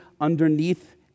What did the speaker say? underneath